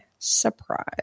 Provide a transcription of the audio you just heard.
Surprise